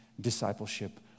discipleship